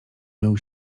mył